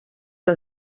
que